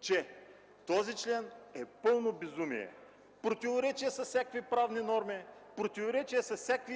че този член е пълно безумие, в противоречие с всякакви правни норми, в противоречие с всякакви